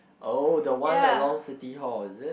oh the one along City Hall is it